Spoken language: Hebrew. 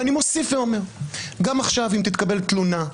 אני מוסיף ואומר, גם עכשיו אם תתקבל תלונה,